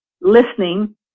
listening